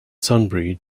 sunbury